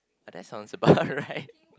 that sounds about right